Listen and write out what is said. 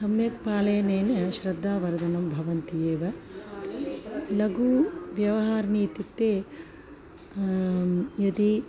सम्यक् पालनेन श्रद्धा वर्धिता भवति एव लघुव्यवहाराणि इत्युक्ते यदि